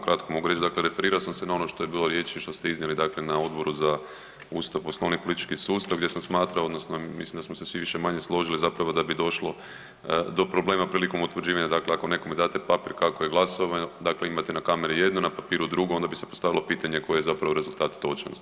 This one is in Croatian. Evo samo kratko mogu reći, dakle referirao sam se na ono što je bilo riječi, što ste iznijeli dakle na Odboru za Ustav, Poslovnik i politički sustav gdje sam smatrao odnosno mislim da smo se svi više-manje složili zapravo da bi došlo do problema prilikom utvrđivanja, dakle ako nekome date papir kako je glasovao, dakle imate na kameri jedno, na papiru drugo, onda bi se postavilo pitanje koji je zapravo rezultat točan.